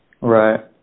Right